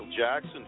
Jackson